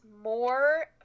more